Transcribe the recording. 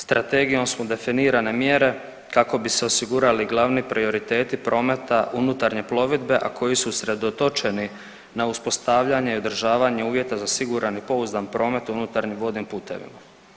Strategijom su definirane mjere kako bi se osigurali glavni prioriteti prometa unutarnje plovidbe, a koji su usredotočeni na uspostavljanje i održavanje uvjeta za siguran i pouzdan promet u unutarnjim vodnim putevima.